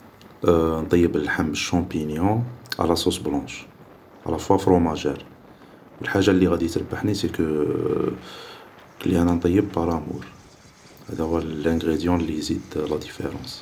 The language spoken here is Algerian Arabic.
نطيب لحم مشوي بشومبينيون ا لا صوص بلونش الا فوا فروماجار, حاجة لي غادي تربحني سيكو انا نطيب بار أمور